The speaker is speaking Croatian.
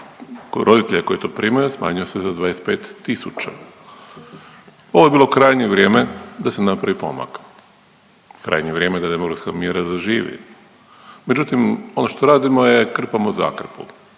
roditelja koji to primaju smanjio se za 25 tisuća. Ovo je bilo krajnje vrijeme da se napravi pomak. Krajnje vrijeme da demografska mjera zaživi, međutim ono što radimo je krpamo zakrpu.